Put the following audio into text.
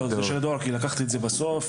זה של הדואר כי לקחתי את זה בסוף.